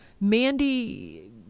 Mandy